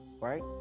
right